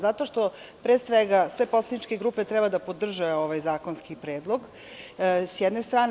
Zato što, pre svega, sve poslaničke grupe treba da podrže ovaj zakonski predlog, s jedne strane.